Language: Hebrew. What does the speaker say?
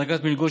הענקת מלגות,